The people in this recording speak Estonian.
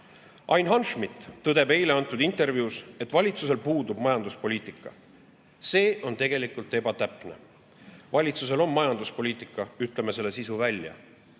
Ain Hanschmidt tõdes eile antud intervjuus, et valitsusel puudub majanduspoliitika. See on tegelikult ebatäpne. Valitsusel on majanduspoliitika. Ütleme selle sisu välja: